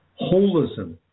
holism